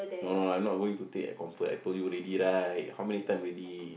no no I'm going to take at Comfort I told you already right how many time already